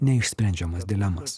neišsprendžiamas dilemas